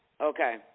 Okay